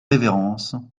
révérence